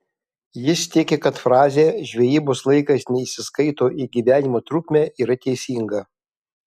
jis tiki kad frazė žvejybos laikas neįsiskaito į gyvenimo trukmę yra teisinga